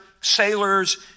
sailors